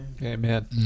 Amen